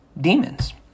demons